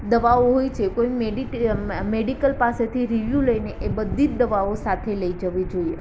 દવાઓ હોય છે કોઈ મેડીકલ મેડિકલ પાસેથી રિવ્યુ લઈને એ બધી જ દવાઓ સાથે લઈ જવી જોઈએ